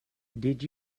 did